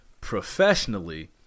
professionally